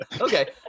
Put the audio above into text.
Okay